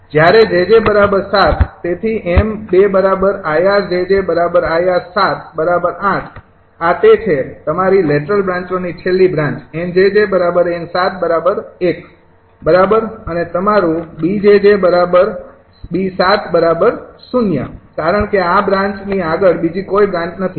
જ્યારે 𝑗𝑗૭ તેથી m૨𝐼𝑅𝑗𝑗𝐼𝑅૭૮ આ તે છે તમારી લેટરલ બ્રાંચોની છેલ્લી બ્રાન્ચ 𝑁𝑗𝑗 𝑁૭૧ બરાબર અને તમારૂ 𝐵𝑗𝑗𝐵૭0 કારણ કે આ બ્રાન્ચ ની આગળ બીજી કોઈ બ્રાન્ચ નથી